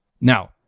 Now